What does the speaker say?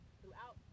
throughout